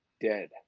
dead